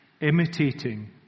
imitating